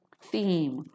theme